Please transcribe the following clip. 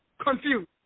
confused